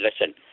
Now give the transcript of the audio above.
listen